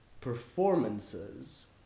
performances